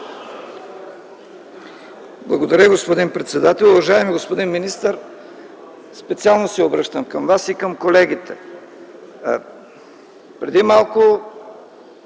Благодаря, господин председател. Уважаеми господин министър, специално се обръщам към Вас и към колегите. Преди малко